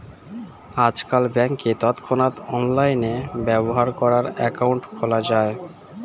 আজকাল ব্যাংকে তৎক্ষণাৎ অনলাইনে ব্যবহার করার অ্যাকাউন্ট খোলা যায়